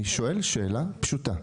אני שואל שאלה פשוטה.